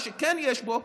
מה שכן יש בו,